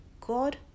God